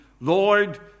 Lord